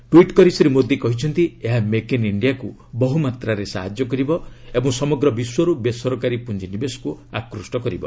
tweet କରି ଶ୍ରୀ ମୋଦୀ କହିଛନ୍ତି ଏହା ମେକ୍ ଇନ୍ ଇଷ୍ଡିଆକୁ ବହୁ ମାତ୍ରାରେ ସାହାଯ୍ୟ କରିବ ଓ ସମଗ୍ର ବିଶ୍ୱରୁ ବେସରକାରୀ ପୁଞ୍ଚିନିବେଶକୁ ଆକୁଷ୍ଟ କରିବ